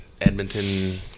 Edmonton